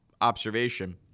observation